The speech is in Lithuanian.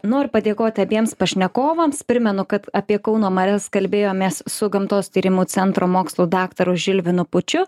noriu padėkoti abiems pašnekovams primenu kad apie kauno marias kalbėjomės su gamtos tyrimų centro mokslų daktaru žilvinu pūčiu